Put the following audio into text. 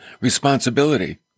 responsibility